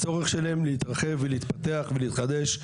הצורך שלהם להתרחב ולהתפתח ולהתחדש,